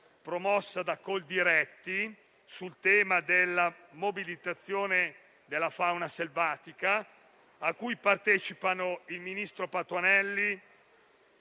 promossa da Coldiretti sul tema della mobilitazione della fauna selvatica, a cui partecipano il ministro Patuanelli,